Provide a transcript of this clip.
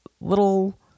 little